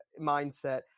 mindset